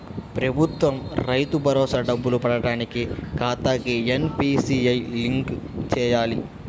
ప్రభుత్వ రైతు భరోసా డబ్బులు పడటానికి నా ఖాతాకి ఎన్.పీ.సి.ఐ లింక్ చేయాలా?